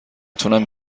تونم